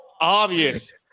obvious